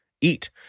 eat